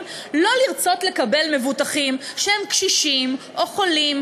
לא לרצות לקבל מבוטחים שהם קשישים או חולים,